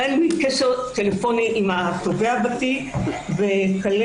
החל מקשר טלפוני עם התובע בתיק וכלה